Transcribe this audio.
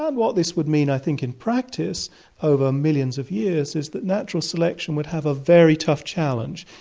ah and what this would mean, i think, in practice over millions of years is that natural selection would have a very tough challenge.